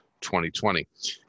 2020